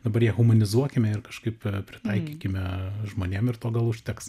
dabar ją humanizuokime ir kažkaip pritaikykime žmonėm ir to gal užteks